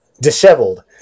disheveled